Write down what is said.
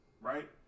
right